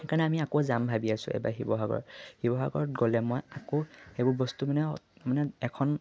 সেইকাৰণে আমি আকৌ যাম ভাবি আছোঁ এবাৰ শিৱসাগৰ শিৱসাগৰত গ'লে মই আকৌ সেইবোৰ বস্তু মানে মানে এখন